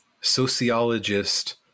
sociologist